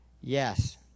Yes